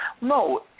No